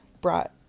brought